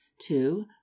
Two